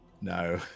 No